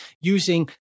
using